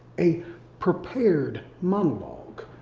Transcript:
a prepared monologue.